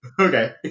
Okay